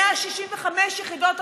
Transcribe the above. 165 יחידות,